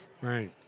Right